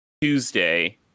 Tuesday